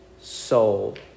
soul